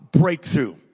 breakthrough